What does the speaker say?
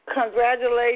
Congratulations